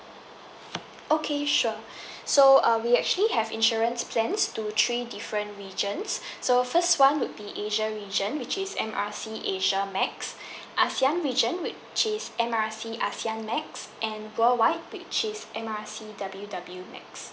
okay sure so uh we actually have insurance plans to three different regions so first one would be asia region which is M_R_C asia max ASEAN region with is M_R_C ASEAN max and worldwide which is M_R_C W W max